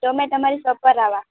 તો મેં તમારી શોપ પર આવા